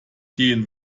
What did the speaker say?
gehen